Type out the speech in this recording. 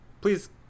please